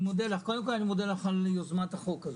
אני מודה לך על יוזמת החוק,